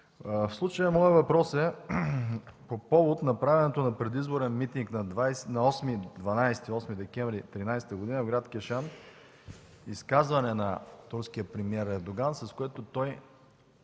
В случая моят въпрос е по повод направеното на предизборен митинг на 8 декември 2013 г. в град Кешан изказване на турския премиер Ердоган, с което той